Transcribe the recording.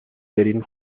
برین